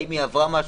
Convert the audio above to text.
האם היא עברה משהו,